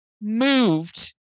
moved